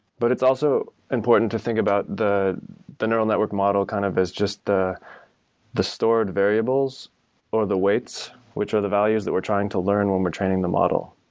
but it's also important to think about the the neural network model kind of as just the the stored variables or the weights, which are the values that we're trying to learn when we're training the model.